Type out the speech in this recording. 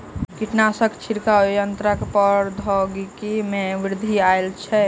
कीटनाशक छिड़काव यन्त्रक प्रौद्योगिकी में वृद्धि आयल अछि